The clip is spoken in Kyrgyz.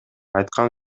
айткан